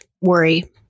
worry